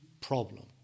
problem